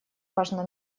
важно